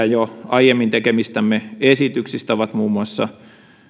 jo aiemmin tekemistämme esityksistä on muun muassa